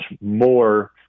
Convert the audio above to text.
more